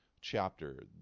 chapter